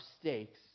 stakes